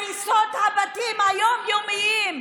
הריסות הבתים היום-יומיות.